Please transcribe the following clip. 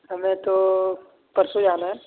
ہمیں تو پرسوں جانا ہے